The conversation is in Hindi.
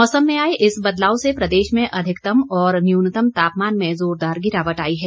मौसम में आए इस बदलाव से प्रदेश में अधिकतम और न्यूनतम तापमान में जोरदार गिरावट आई है